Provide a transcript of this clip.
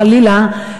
חלילה,